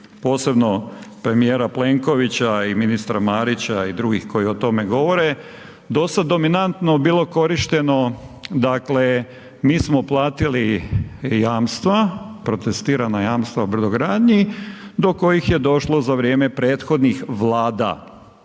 posebno premijera Plenkovića i ministra Marića i drugih koji o tome govore, do sad dominantno bilo korišteno, dakle mi smo platili jamstva, protestirana jamstva u brodogradnji do kojih je došlo za vrijeme prethodnih Vlada